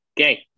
Okay